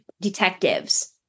detectives